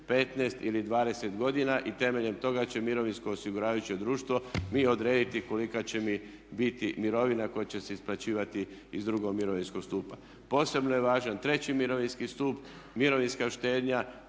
15 ili 20 godina i temeljem toga će mirovinsko osiguravajuće društvo mi odrediti kolika će mi biti mirovina koja će se isplaćivati iz drugog mirovinskog stupa. Posebno je važan treći mirovinski stup, mirovinska štednja.